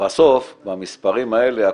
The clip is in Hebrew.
בסוף במספרים האלה,